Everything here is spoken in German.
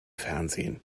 fernsehen